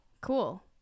Cool